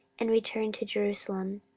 and returned to jerusalem.